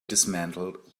dismantled